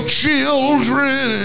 children